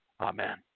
Amen